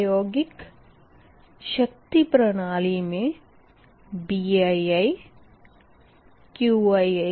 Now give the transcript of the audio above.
प्रायोगिक शक्ति प्रणाली मे BiiQi